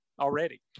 already